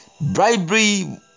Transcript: bribery